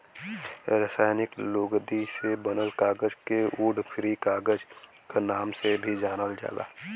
रासायनिक लुगदी से बनल कागज के वुड फ्री कागज क नाम से भी जानल जाला